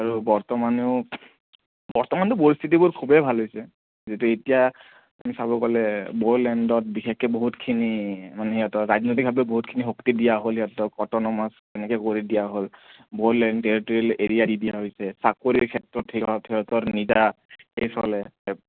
ত' বৰ্তমানেও বৰ্তমানটো পৰিস্থিতিবোৰ খুবেই ভাল হৈছে যিহেতু এতিয়া আপুনি চাব গ'লে বড়োলেণ্ডত বিশেষকৈ বহুতখিনি মানে ৰাজনৈতিকভাৱে বহুতখিনি শক্তি দিয়া হ'ল সিহঁতক অট'নমাচ এনেকৈ কৰি দিয়া হ'ল বড়োলেণ্ড টেৰিটৰিয়েল এৰিয়া দি দিয়া হৈছে চাকৰি ক্ষেত্ৰত সিহঁত সিহঁতৰ নিজাকেই চলে